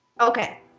Okay